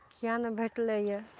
किएक नहि भेटलइए